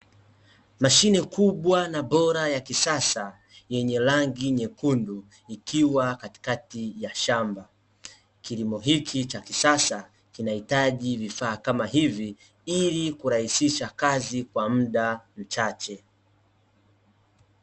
Mashine kubwa na bora ya kisasa, yenye rangi nyekundu, ikiwa katikati ya shamba. Kilimo hiki cha kisasa, kinahitaji vifaa kama hivi, ili kurahisisha kazi kwa muda mchache.